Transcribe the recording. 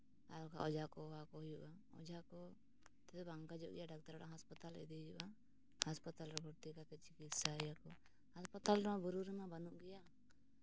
ᱟᱨ ᱵᱟᱠᱷᱟᱡ ᱚᱡᱷᱟ ᱠᱚ ᱦᱚᱦᱚ ᱟᱠᱚ ᱦᱩᱭᱩᱜᱼᱟ ᱚᱡᱷᱟ ᱠᱚ ᱛᱮᱫᱚ ᱵᱟᱝ ᱠᱚ ᱦᱤᱡᱩᱜ ᱜᱮᱭᱟ ᱰᱟᱠᱛᱟᱨ ᱚᱲᱟᱜ ᱦᱟᱥᱯᱟᱛᱟᱞ ᱤᱫᱤᱭᱮ ᱦᱩᱭᱩᱜᱼᱟ ᱦᱟᱥᱯᱟᱛᱟᱞ ᱨᱮ ᱤᱫᱤ ᱠᱟᱛᱮᱫ ᱪᱤᱠᱤᱛᱥᱟᱭ ᱭᱟᱠᱚ ᱦᱟᱥᱯᱟᱛᱟᱞ ᱱᱚᱶᱟ ᱵᱩᱨᱩ ᱨᱮᱢᱟ ᱵᱟᱹᱱᱩᱜ ᱜᱮᱭᱟ